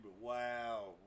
wow